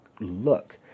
look